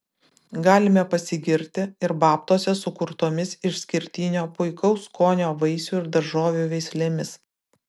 galime pasigirti ir babtuose sukurtomis išskirtinio puikaus skonio vaisių ir daržovių veislėmis